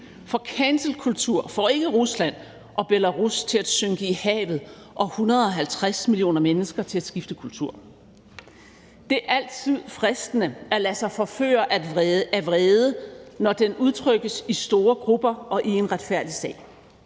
For cancelkultur får ikke Rusland og Belarus til at synke i havet og 150 millioner mennesker til at skifte kultur. Det er altid fristende at lade sig forføre af vrede, når den udtrykkes i store grupper og i en retfærdig sag.